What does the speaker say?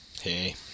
Hey